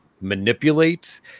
manipulates